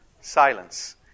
Silence